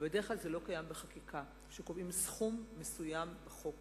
אבל בדרך כלל זה לא קיים בחקיקה שקובעים סכום מסוים בחוק